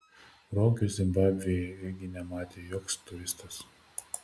rogių zimbabvėje irgi nematė joks turistas